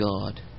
God